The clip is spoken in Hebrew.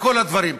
לכל הדברים?